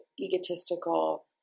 egotistical